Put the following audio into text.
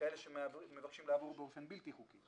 לכאלה שמבקשים לעבור באופן בלתי חוקי.